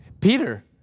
Peter